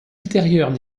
ultérieures